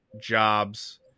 jobs